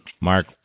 mark